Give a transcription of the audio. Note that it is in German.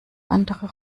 andere